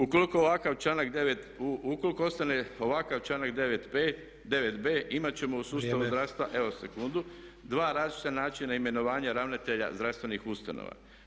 Ukoliko ovakav članak 9., ukoliko ostane ovakav članak 9.b imati ćemo u sustavu zdravstva [[Upadica: Vrijeme.]] evo sekundu, dva različita načina imenovanja ravnatelja zdravstvenih ustanova.